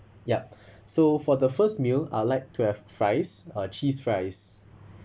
yup so for the first meal I'd like to have fries uh cheese fries